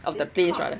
of the place right